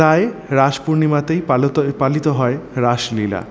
তাই রাস পূর্ণিমাতেই পালত পালিত হয় রাসলীলা